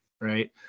right